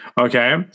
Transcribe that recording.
Okay